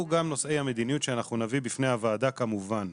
גם נושאי המדיניות שאנחנו נביא בפני הוועדה כמובן.